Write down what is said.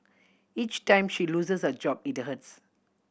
each time she loses a job it hurts